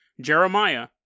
Jeremiah